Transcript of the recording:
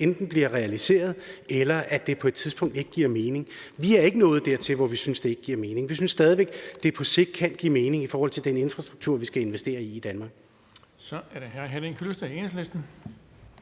enten bliver realiseret eller på et tidspunkt ikke giver mening. Vi er ikke nået dertil, hvor vi synes, at det ikke giver mening. Vi synes stadig væk, at det på sigt kan give mening i forhold til den infrastruktur, vi skal investere i i Danmark. Kl. 17:37 Den fg. formand (Erling